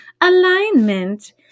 alignment